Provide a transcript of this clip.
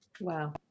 Wow